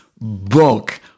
book